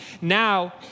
Now